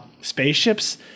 spaceships